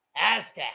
Aztec